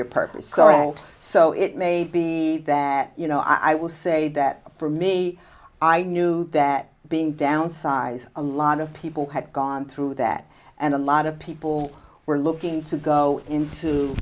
your purpose so it may be that you know i will say that for me i knew that being downsized a lot of people had gone through that and a lot of people were looking to go into